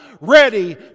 ready